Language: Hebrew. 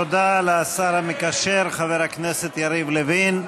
תודה לשר המקשר חבר הכנסת יריב לוין.